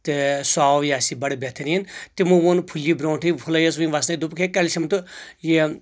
تہٕ سُہ آو یہِ اسہِ بڑٕ بہتٔریٖن تِمو ووٚن پھلیہِ برونٛٹھے پھلے ٲس وُنہِ وسنے دۄپکھ ہے کیٚلشم تہٕ یہِ ان